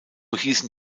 hießen